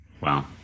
Wow